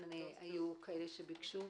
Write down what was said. בבקשה.